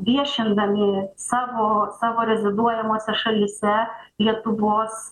viešindami savo savo reziduojamose šalyse lietuvos